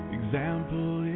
example